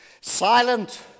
silent